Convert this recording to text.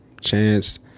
Chance